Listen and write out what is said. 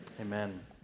amen